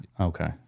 okay